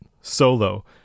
solo